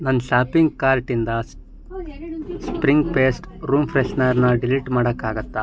ನನ್ನ ಶಾಪಿಂಗ್ ಕಾರ್ಟಿಂದ spring paste room ಫ್ರೆಶ್ನರ್ನ ಡಿಲೀಟ್ ಮಾಡೋಕ್ಕಾಗುತ್ತ